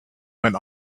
went